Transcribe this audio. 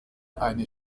eine